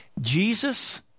Jesus